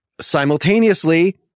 Simultaneously